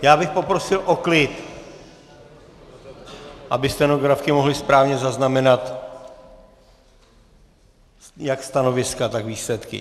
Já bych poprosil o klid, aby stenografky mohly správně zaznamenat jak stanoviska, tak výsledky.